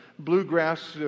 Bluegrass